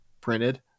printed